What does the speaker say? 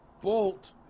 Bolt